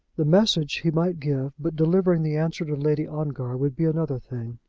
the message he might give but delivering the answer to lady ongar would be another thing.